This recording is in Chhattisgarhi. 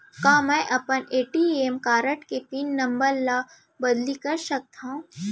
का मैं अपन ए.टी.एम कारड के पिन नम्बर ल बदली कर सकथव?